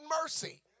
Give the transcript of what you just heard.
mercy